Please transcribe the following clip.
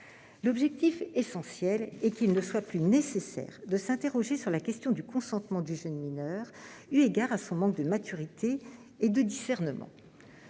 L'objectif principal est qu'il ne soit plus nécessaire de s'interroger sur la question du consentement du jeune mineur eu égard à son manque de maturité et de discernement.